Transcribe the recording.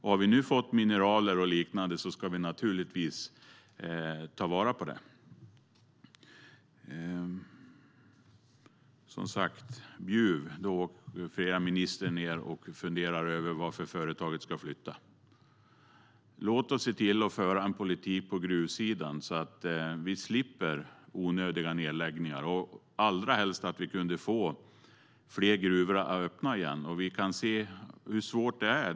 Har vi nu fått mineraler och liknande ska vi naturligtvis ta vara på det. Vi kan se hur svårt det är.